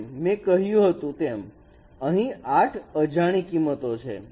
જેમ મેં કહ્યું હતું તેમ અહીં 8 અજાણી કિંમતો છે